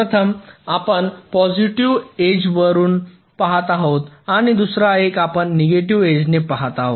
प्रथम आपण positive edge वरुन पहात आहोत आणि दुसरा एक आपण निगेटिव्ह एज ने पहात आहोत